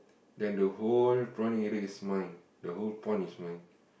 then the whole prawning area is mine the whole pond is mine